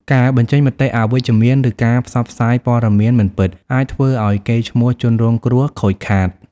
ការបញ្ចេញមតិអវិជ្ជមាន ឬការផ្សព្វផ្សាយព័ត៌មានមិនពិតអាចធ្វើឲ្យកេរ្តិ៍ឈ្មោះជនរងគ្រោះខូចខាត។